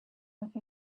with